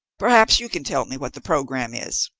perhaps you can tell me what the programme is?